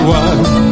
one